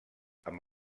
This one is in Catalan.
amb